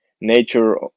nature